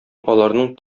аларның